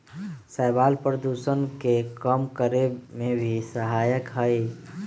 शैवाल प्रदूषण के कम करे में भी सहायक हई